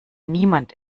niemand